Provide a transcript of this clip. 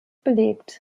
belegt